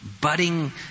budding